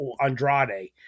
Andrade